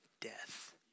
death